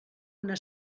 una